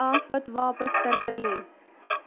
آفت واپس کر پٕلے